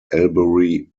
albury